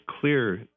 clear